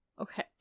Okay